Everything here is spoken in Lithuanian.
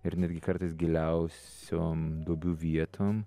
ir netgi kartais giliausiom duobių vietom